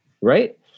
Right